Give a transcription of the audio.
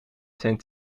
zijn